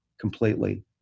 completely